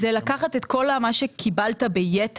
זה לקחת את כל מה שקיבלת ביתר,